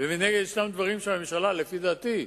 מנגד ישנם דברים שהממשלה, לפי דעתי,